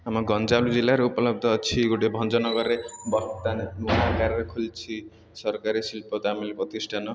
ଆମ ଗଞ୍ଜାମ ଜିଲ୍ଲାରୁ ଉପଲବ୍ଧ ଅଛି ଗୋଟିଏ ଭଞ୍ଜନଗରେ ବର୍ତ୍ତମାନ ଖୋଲିଛି ସରକାରୀ ଶିଳ୍ପ ତାମିଲ ପ୍ରତିଷ୍ଠାନ